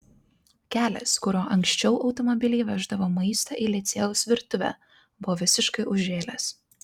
kelias kuriuo anksčiau automobiliai veždavo maistą į licėjaus virtuvę buvo visiškai užžėlęs